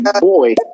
Boy